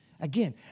Again